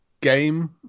game